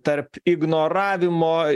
tarp ignoravimo